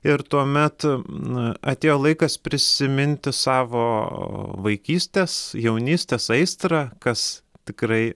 ir tuomet atėjo laikas prisiminti savo vaikystės jaunystės aistrą kas tikrai